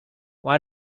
why